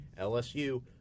LSU